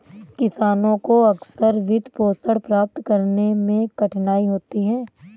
किसानों को अक्सर वित्तपोषण प्राप्त करने में कठिनाई होती है